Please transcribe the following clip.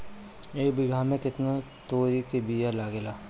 एक बिगहा में केतना तोरी के बिया लागेला?